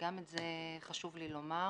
גם את זה חשוב לי לומר.